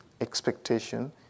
expectation